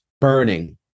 burning